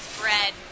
bread